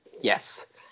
yes